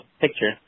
picture